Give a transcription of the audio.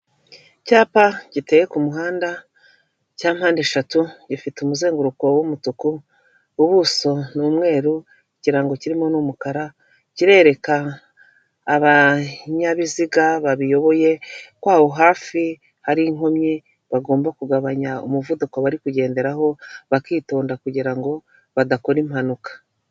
Icyapa giteye ku muhanda cya mpande eshatu, gifite umuzenguruko w'umutuku, ubuso ni umweru, ikirango kirimo ni umukara, kirereka abanyabiziga babiyoboye ko aho hafi hari inkomyi, bagomba kugabanya umuvuduko bari kugenderaho, bakitonda kugira ngo badakora impanuka.